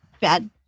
bad